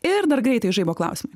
ir dar greitai žaibo klausimai